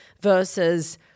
versus –